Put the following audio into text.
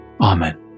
Amen